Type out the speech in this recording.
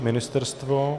Ministerstvo?